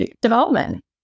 development